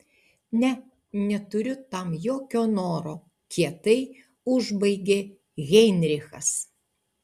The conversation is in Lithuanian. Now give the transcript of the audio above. ne neturiu tam jokio noro kietai užbaigė heinrichas